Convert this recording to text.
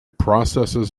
processes